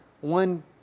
one